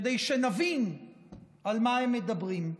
כדי שנבין על מה הם מדברים.